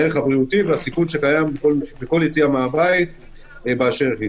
הבריאותי והסיכון שקיים בכל יציאה מהבית באשר היא.